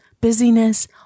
busyness